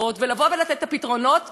ולתת פתרונות יצירתיים,